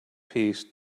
peace